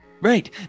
Right